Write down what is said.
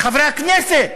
בחברי הכנסת?